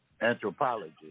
anthropology